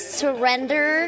surrender